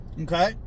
Okay